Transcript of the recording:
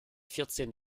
vierzehn